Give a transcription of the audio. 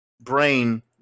brain